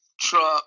Trump